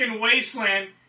wasteland